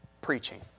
preaching